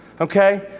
Okay